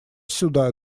сюда